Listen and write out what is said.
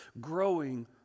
growing